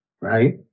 right